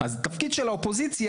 אז תפקיד של האופוזיציה,